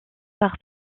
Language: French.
par